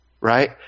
right